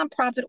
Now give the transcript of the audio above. nonprofit